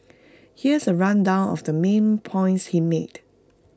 here's A rundown of the main points he made